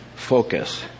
focus